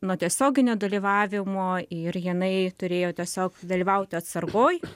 nuo tiesioginio dalyvavimo ir jinai turėjo tiesiog dalyvauti atsargoj